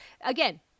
Again